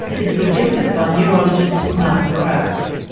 is rejected by neurologist martin krause.